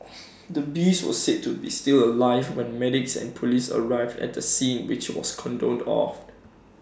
the beast was said to be still alive when medics and Police arrived at the scene which was cordoned off